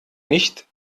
nicht